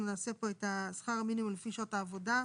אנחנו נעשה פה את שכר המינימום לפי שעות העבודה.